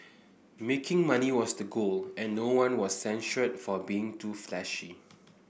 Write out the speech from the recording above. making money was the goal and no one was censured for being too flashy